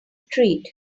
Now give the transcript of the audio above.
treat